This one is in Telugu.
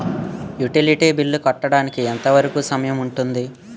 యుటిలిటీ బిల్లు కట్టడానికి ఎంత వరుకు సమయం ఉంటుంది?